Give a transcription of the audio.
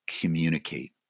communicate